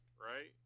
right